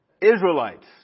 Israelites